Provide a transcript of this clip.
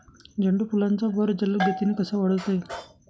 झेंडू फुलांचा बहर जलद गतीने कसा वाढवता येईल?